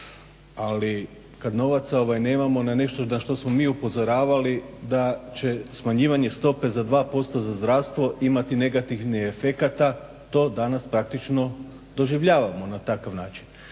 ali kad novaca nemamo na nešto na što smo mi upozoravali da će smanjivanje stope za 2% za zdravstvo imati negativnih efekata to danas praktično doživljavamo na takav način.